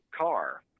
car